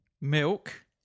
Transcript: Milk